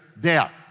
death